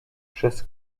przez